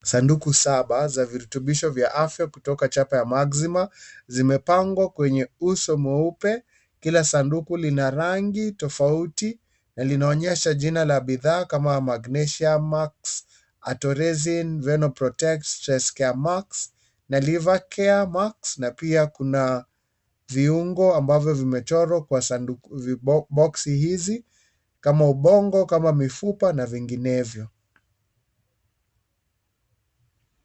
Sanduku saba za virutubisho vya afya kutoka chapa ya Maxima zimepangwa kwenye uso mweupe. Kila sanduku lina rangi tofauti na linaonyesha jina la bidhaa kama Magnezium max , Artoresin, Venoprotect, Chestcare max na Liver Care max . Na pia kuna viungo ambavyo vimechorwa kwa boksi hizi kama ubongo, kama mifupa na vinginevyo.